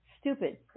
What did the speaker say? stupid